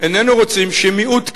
איננו רוצים שמיעוט כזה,